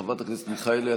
חברת הכנסת מרב מיכאלי,